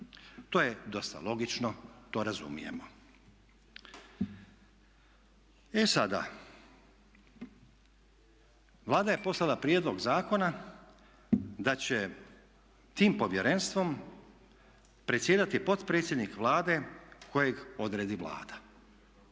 To je dosta logično, to razumijemo. E sada, Vlada je poslala prijedlog zakona da će tim povjerenstvom predsjedati potpredsjednik Vlade kojeg odredi Vlada.